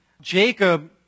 Jacob